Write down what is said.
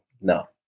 no